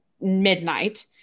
midnight